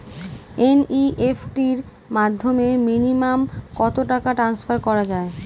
NEFT র মাধ্যমে minimum কত টাকা ট্রান্সফার করা যায়?